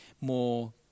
more